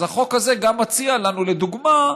אז החוק הזה גם מציע לנו, לדוגמה,